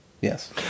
Yes